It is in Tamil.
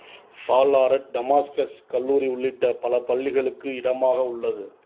பால்லாரட் டமாஸ்கஸ் கல்லூரி உள்ளிட்ட பல பள்ளிகளுக்கு இடமாக உள்ளது